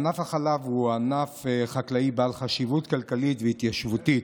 ענף החלב הוא ענף חקלאי בעל חשיבות כלכלית והתיישבותית.